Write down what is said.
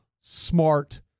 smart